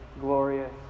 glorious